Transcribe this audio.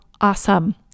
awesome